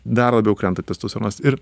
dar labiau krenta testosteronas ir